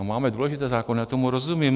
Máme důležité zákony, já tomu rozumím.